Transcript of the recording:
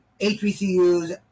HBCUs